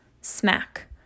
smack